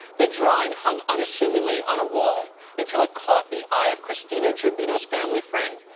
the drawing hung unassumingly on a wall until it caught the eye of christina gerbino's family friend,